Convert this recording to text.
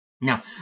Now